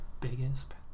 Biggest